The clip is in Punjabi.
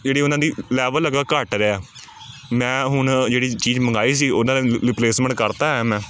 ਜਿਹੜੀ ਉਹਨਾਂ ਦੀ ਲੈਵਲ ਹੈਗਾ ਘੱਟ ਰਿਹਾ ਮੈਂ ਹੁਣ ਜਿਹੜੀ ਚੀਜ਼ ਮੰਗਵਾਈ ਸੀ ਉਹਦਾ ਰਿਪਲੇਸਮੈਂਟ ਕਰਤਾ ਹੈ ਮੈਂ